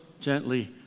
gently